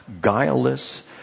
guileless